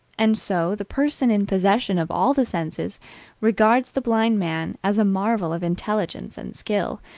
and so the person in possession of all the senses regards the blind man as a marvel of intelligence and skill,